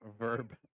Verb